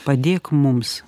padėk mums